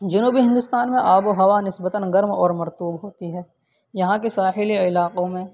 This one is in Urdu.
جنوبی ہندوستان میں آب و ہوا نسبتاً گرم اور مرطوب ہوتی ہے یہاں کے ساحلی علاقوں میں